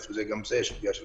גם בזה יש פגיעה בפרטיות,